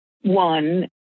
one